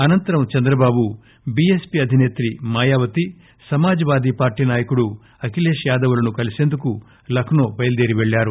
అనంతరం Chandrababu Naidu B S P అధినేత్రి Mayawati Samaj వాది party నాయకుడు అఖిలేశ్ యాదవ్లను కలిసేందుకు లక్సో బయలుదేరి పెళ్ళారు